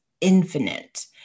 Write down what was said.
infinite